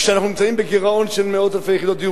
כשאנחנו נמצאים בגירעון של מאות אלפי יחידות דיור,